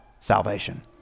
salvation